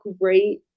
great